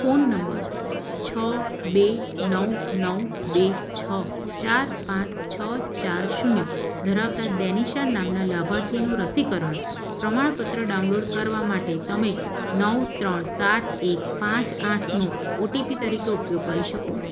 phone number છ બે નવ નવ બે છ ચાર પાંચ છ ચાર શૂન્ય ધરાવતાં ડેનિશા નામનાં લાભાર્થીનું રસીકરણ પ્રમાણપત્ર ડાઉનલોડ કરવા માટે તમે નવ ત્રણ સાત એક પાંચ આઠ નો ઓટીપી તરીકે ઉપયોગ કરી શકો